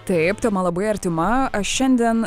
taip tema labai artima aš šiandien